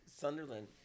Sunderland